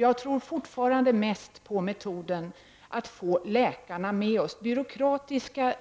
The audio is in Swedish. Jag tror fortfarande mest på metoden att få läkarna med oss. Byråkratiska